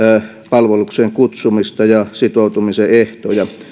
palvelukseen kutsumista ja sitoutumisen ehtoja